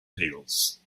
tales